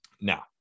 Now